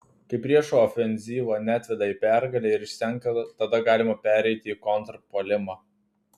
kai priešo ofenzyva neatveda į pergalę ir išsenka tada galima pereiti į kontrpuolimą